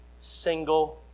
single